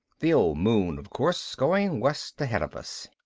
the old moon, of course, going west ahead of us.